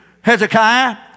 Hezekiah